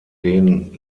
den